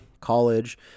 college